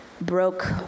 broke